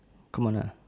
come on lah